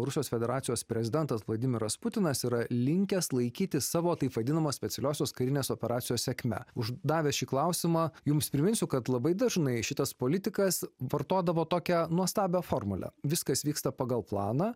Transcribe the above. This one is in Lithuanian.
rusijos federacijos prezidentas vladimiras putinas yra linkęs laikyti savo taip vadinamos specialiosios karinės operacijos sėkme uždavęs šį klausimą jums priminsiu kad labai dažnai šitas politikas vartodavo tokią nuostabią formulę viskas vyksta pagal planą